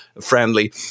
friendly